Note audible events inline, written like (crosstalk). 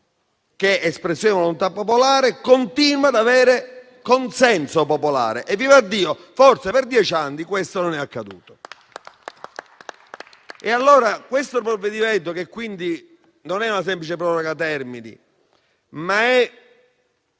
che è espressione di volontà popolare, che continua ad avere consenso popolare. E vivaddio, perché forse per dieci anni questo non era accaduto. (applause) Questo provvedimento, quindi, non è una semplice proroga termini, ma è